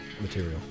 material